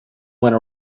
went